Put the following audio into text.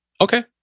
Okay